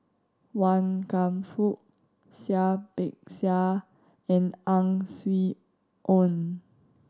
Wan Kam Fook Seah Peck Seah and Ang Swee Aun